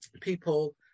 people